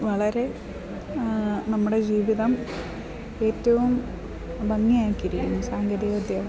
വളരെ നമ്മുടെ ജീവിതം ഏറ്റവും ഭംഗിയാക്കി ഇരിക്കുകയാണ് സാങ്കേതികവിദ്യ